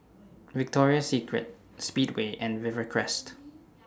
Victoria Secret Speedway and Rivercrest